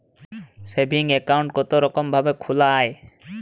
Saving account কতরকম ভাবে খোলা য়ায়?